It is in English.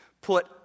put